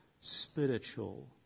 spiritual